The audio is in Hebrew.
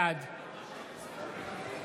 בעד